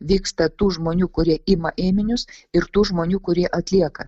vyksta tų žmonių kurie ima ėminius ir tų žmonių kurie atlieka